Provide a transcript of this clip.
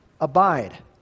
abide